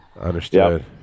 Understood